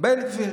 בן גביר.